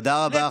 תודה רבה,